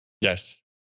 Yes